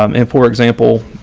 um and for example,